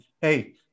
Hey